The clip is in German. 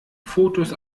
fotos